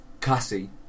Cassie